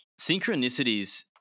Synchronicities